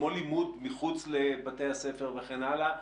כמו לימוד מחוץ לבתי הספר וכן הלאה,